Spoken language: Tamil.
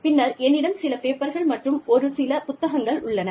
பின்னர் என்னிடம் சில பேப்பர்கள் மற்றும் ஒரு சில புத்தகங்கள் உள்ளன